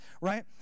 right